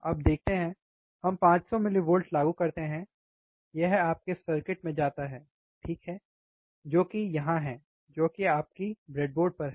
अब देखते हैं हम 500 mV लागू करते हैं यह आपके सर्किट में जाता है ठीक है जो कि यहां है जो कि आपकी ब्रेडबोर्ड है